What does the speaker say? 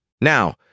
Now